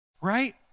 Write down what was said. Right